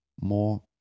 more